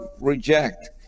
reject